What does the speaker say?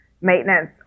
maintenance